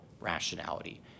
rationality